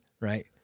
right